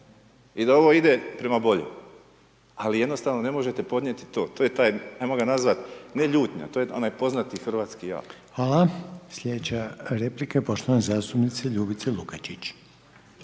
i da ovo ide prema boljem, ali jednostavno ne možete podnijeti to, to je taj, ajmo ga nazvati, ne ljutnja, to je onaj poznati hrvatski jal. **Reiner, Željko (HDZ)** Hvala, slijedeća replike poštovane zastupnice Ljubice Lukačić.